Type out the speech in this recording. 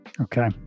Okay